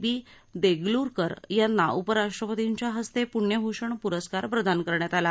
बी देगलूरकर यांना उपराष्ट्रपतींच्या हस्ते पृण्यभूषण प्रस्कार प्रदान करण्यात आला